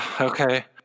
okay